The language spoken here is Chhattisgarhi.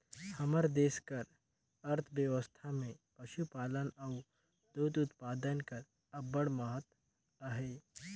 हमर देस कर अर्थबेवस्था में पसुपालन अउ दूद उत्पादन कर अब्बड़ महत अहे